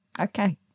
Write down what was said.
Okay